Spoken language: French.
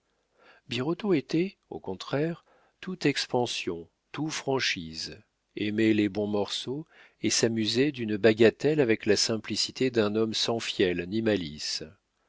birotteau était au contraire tout expansion tout franchise aimait les bons morceaux et s'amusait d'une bagatelle avec la simplicité d'un homme sans fiel ni malice